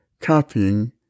copying